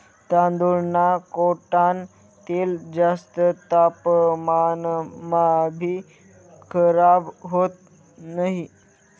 तांदूळना कोंडान तेल जास्त तापमानमाभी खराब होत नही